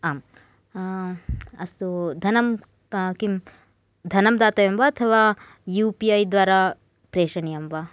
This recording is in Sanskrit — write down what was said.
आम् अस्तु धनं किं धनं दातव्यं वा अथवा यू पी ऐ द्वारा प्रेषणीयं वा